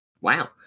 Wow